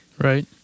Right